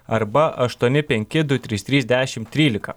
arba aštuoni penki du trys trys dešim trylika